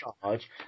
charge